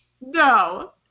No